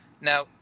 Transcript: Now